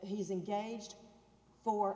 he's engaged for